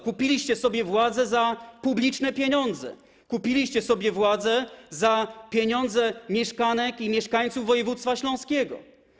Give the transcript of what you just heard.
Kupiliście władzę za publiczne pieniądze, kupiliście sobie władzę za pieniądze mieszkanek i mieszkańców województwa śląskiego.